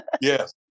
Yes